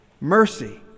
mercy